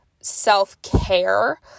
self-care